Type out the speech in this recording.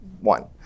One